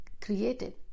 created